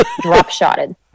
drop-shotted